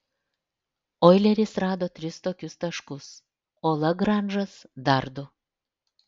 oileris rado tris tokius taškus o lagranžas dar du